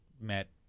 met